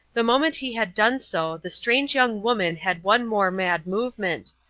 the moment he had done so the strange young woman had one more mad movement,